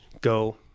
go